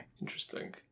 Interesting